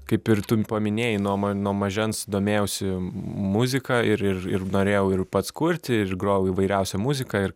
kaip ir tu paminėjai nuo ma nuo mažens domėjausi muzika ir ir ir norėjau ir pats kurti ir grojau įvairiausią muziką ir